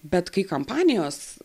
bet kai kampanijos